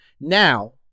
Now